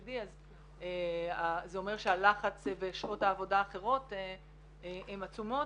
ה-OECD אז זה אומר שהלחץ ושעות העבודה האחרות הן עצומות.